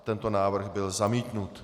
Tento návrh byl zamítnut.